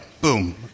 Boom